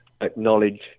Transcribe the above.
acknowledge